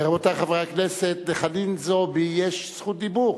רבותי חברי הכנסת, לחנין זועבי יש זכות דיבור,